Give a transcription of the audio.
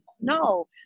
no